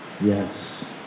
yes